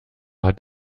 hat